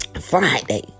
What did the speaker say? Friday